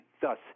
Thus